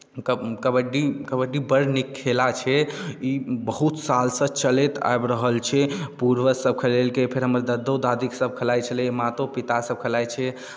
कब कबड्डी कबड्डी बड़ नीक खेला छै ई बहुत सालसँ चलैत आबि रहल छै पूर्वजसभ खेलेलेकै फेर हमर दद्दो दादीसभ खेलाइत छलै मातो पितासभ खेलाइत छै